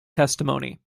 testimony